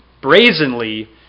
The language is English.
brazenly